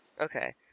Okay